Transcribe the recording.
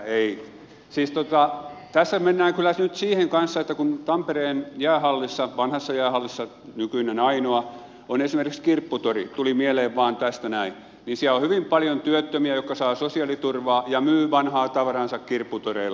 ei siis tässä mennään kyllä nyt siihen kanssa että kun tampereen jäähallissa vanhassa jäähallissa nykyinen ainoa on esimerkiksi kirpputori tuli mieleen vain tästä näin niin siellä on hyvin paljon työttömiä jotka saavat sosiaaliturvaa ja myyvät vanhaa tavaraansa kirpputoreilla